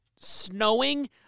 snowing